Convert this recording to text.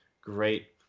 great